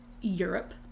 Europe